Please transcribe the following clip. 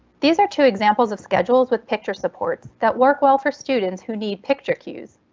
these are two examples of schedules with picture supports that work well for students who need picture cues.